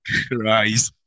Christ